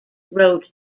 wrote